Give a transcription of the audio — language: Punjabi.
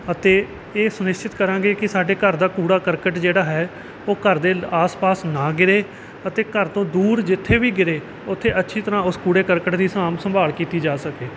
ਅਤੇ ਇਹ ਸੁਨਿਸ਼ਚਿਤ ਕਰਾਂਗੇ ਕਿ ਸਾਡੇ ਘਰ ਦਾ ਕੂੜਾ ਕਰਕਟ ਜਿਹੜਾ ਹੈ ਉਹ ਘਰ ਦੇ ਆਸ ਪਾਸ ਨਾ ਗਿਰੇ ਅਤੇ ਘਰ ਤੋਂ ਦੂਰ ਜਿੱਥੇ ਵੀ ਗਿਰੇ ਉੱਥੇ ਅੱਛੀ ਤਰ੍ਹਾਂ ਉਸ ਕੂੜੇ ਕਰਕਟ ਦੀ ਸਾਂਭ ਸੰਭਾਲ ਕੀਤੀ ਜਾ ਸਕੇ